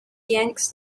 yanks